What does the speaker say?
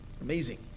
Amazing